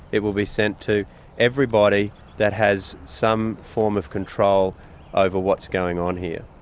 it will be sent to everybody that has some form of control over what's going on here.